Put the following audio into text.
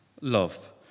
love